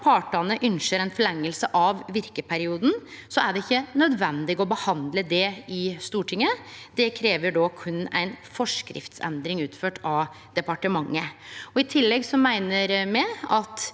partane ynskjer ei forlenging av verkeperioden, er det ikkje nødvendig å behandle det i Stortinget. Det krev då berre ei forskriftsendring utført av departementet. I tillegg meiner me at